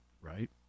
right